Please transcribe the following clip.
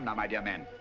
my dear man.